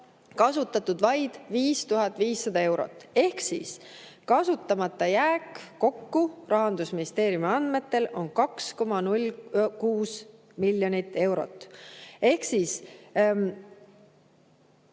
kasutatud vaid 5500 eurot. Ehk siis kasutamata jääk on Rahandusministeeriumi andmetel kokku 2,06 miljonit eurot. Täiendavat